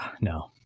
No